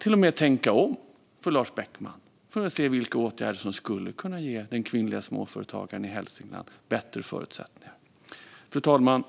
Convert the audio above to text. Beckman att tänka om för att se vilka åtgärder som skulle kunna ge den kvinnliga småföretagaren i Hälsingland bättre förutsättningar? Fru talman!